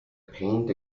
pained